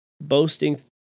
boasting